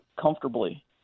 comfortably